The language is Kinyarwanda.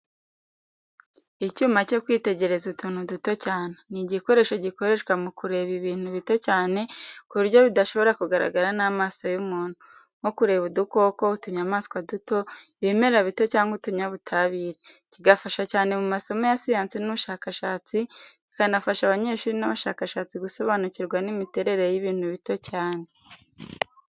Icyuma cyo kwitegereza utuntu duto cyane, ni igikoresho gikoreshwa mu kureba ibintu bito cyane ku buryo bidashobora kugaragara n’amaso y’umuntu, nko kureba udukoko, utunyamaswa duto, ibimera bito cyangwa utunyabutabire. Kigafasha cyane mu masomo ya siyansi n’ubushakashatsi, kikanafasha abanyeshuri n’abashakashatsi gusobanukirwa n’imiterere y’ibintu bito cyane.